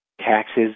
Taxes